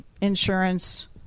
insurance